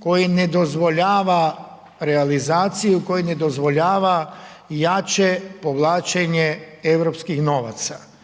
koji ne dozvoljava realizaciju, koji ne dozvoljava jače povlačenje europskih novaca.